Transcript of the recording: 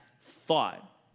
thought